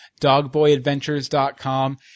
dogboyadventures.com